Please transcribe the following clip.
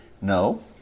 No